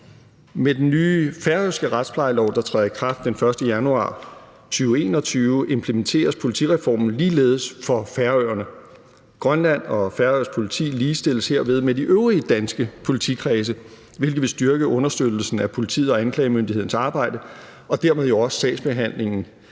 Med den nye færøske retsplejelov, der træder i kraft den 1. januar 2021, implementeres politireformen ligeledes for Færøerne. Grønlandsk og færøsk politik ligestilles derved med de øvrige danske politikredse, hvilket vil styrke understøttelsen af politiet og anklagemyndighedens arbejde og dermed jo også sagsbehandlingen